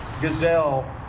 gazelle